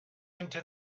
into